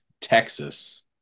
Texas